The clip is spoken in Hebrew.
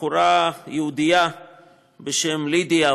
בחורה יהודייה בשם לידיה,